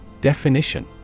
Definition